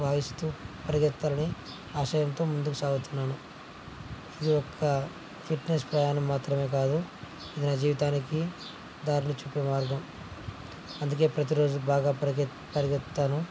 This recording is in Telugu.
వహిస్తూ పరిగెత్తాలని ఆశయంతో ముందుకు సాగుతున్నాను ఇది ఒకొక్క ఫిట్నెస్ ప్రయాణం మాత్రమే కాదు ఇది నా జీవితానికి దారిని చూపే మార్గం అందుకే ప్రతిరోజు బాగా పరిగె పరిగెత్తాను